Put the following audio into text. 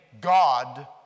God